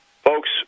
Folks